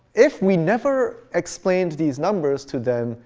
if we never explained these numbers to them,